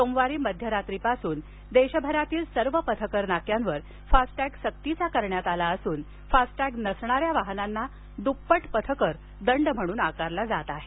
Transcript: सोमवारी मध्यरात्रीपासून देशभरातील सर्व पथकर नाक्यांवर फास्ट टॅग सक्तीचा करण्यात आला असून फास्ट टॅग नसणाऱ्या वाहनांना द्प्पट पथकर दंड म्हणून आकारला जात आहे